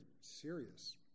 serious